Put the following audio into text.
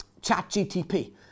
ChatGTP